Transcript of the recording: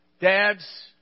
Dads